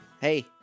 Hey